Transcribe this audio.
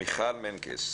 מיכל מנקס,